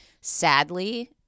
Sadly